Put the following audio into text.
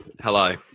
Hello